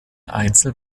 einzel